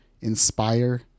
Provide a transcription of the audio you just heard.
inspire